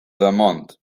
vermont